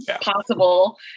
possible